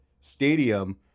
stadium